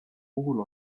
puhul